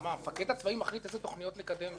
המפקד הצבאי מחליט אילו תוכניות לקדם ואילו לא?